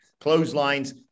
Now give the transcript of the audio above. clotheslines